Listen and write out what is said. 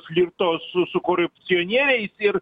flirto su su korupcionieriais ir